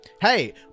Hey